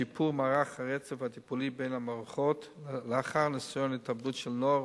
שיפור מערך הרצף הטיפולי בין המערכות לאחר ניסיון התאבדות של נוער,